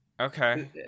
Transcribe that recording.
Okay